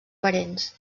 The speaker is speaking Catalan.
parents